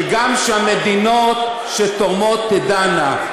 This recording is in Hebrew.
וגם שהמדינות שתורמות תדענה.